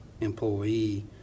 employee